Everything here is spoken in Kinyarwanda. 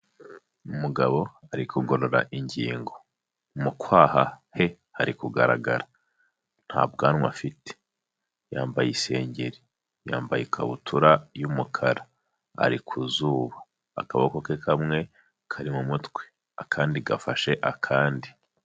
Umugabo ari kugorora ingingo mu kwaha he hari kugaragara, nta bwanwa afite, yambaye isengeri, yambaye ikabutura y'umukara, ari ku zuba, akaboko ke kamwe kari mu mutwe, akandi gafashe akandi.